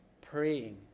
praying